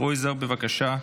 רבותיי,